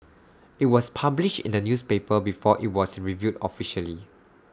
IT was published in the newspaper before IT was revealed officially